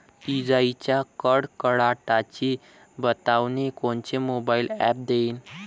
इजाइच्या कडकडाटाची बतावनी कोनचे मोबाईल ॲप देईन?